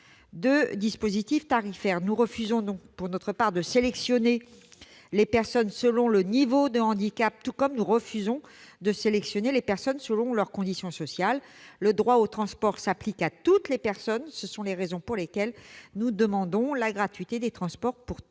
de dispositifs tarifaires. Pour notre part, nous refusons de sélectionner les personnes selon le niveau de leur handicap, tout comme nous refusons de sélectionner les personnes selon leur condition sociale. Le droit au transport s'applique à toutes les personnes. Telles sont les raisons pour lesquelles nous demandons la gratuité des transports pour tous